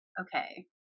okay